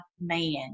man